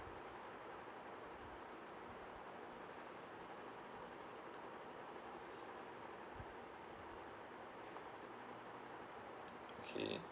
okay